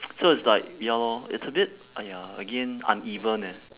so it's like ya lor it's a bit !aiya! again uneven eh